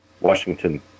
Washington